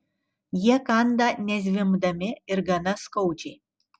jie kanda nezvimbdami ir gana skaudžiai